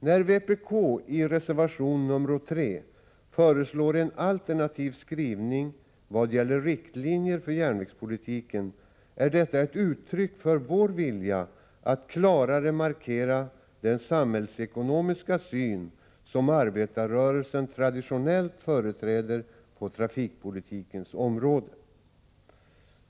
När vpk i reservation 3 föreslår en alternativ skrivning vad gäller riktlinjer för järnvägspolitiken, är detta ett uttryck för vår vilja att klarare markera den samhällsekonomiska syn som arbetarrörelsen traditionellt företräder på trafikpolitikens område.